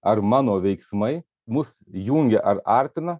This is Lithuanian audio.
ar mano veiksmai mus jungia ar artina